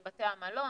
לבתי המלון,